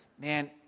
man